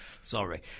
sorry